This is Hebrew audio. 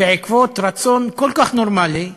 בעקבות רצון כל כך נורמלי,